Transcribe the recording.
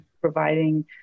providing